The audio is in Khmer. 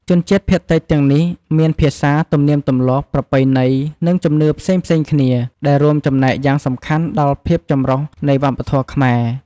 ជនជាតិភាគតិចទាំងនេះមានភាសា ទំនៀមទម្លាប់ ប្រពៃណី និងជំនឿផ្សេងៗគ្នា ដែលរួមចំណែកយ៉ាងសំខាន់ដល់ភាពចម្រុះនៃវប្បធម៌ខ្មែរ។